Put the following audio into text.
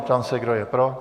Ptám se, kdo je pro.